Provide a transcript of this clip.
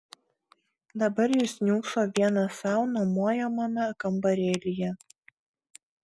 dabar jis niūkso vienas sau nuomojamame kambarėlyje